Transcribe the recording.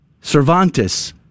Cervantes